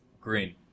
Green